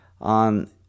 on